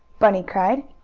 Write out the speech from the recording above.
bunny cried.